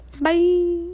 Bye